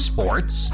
Sports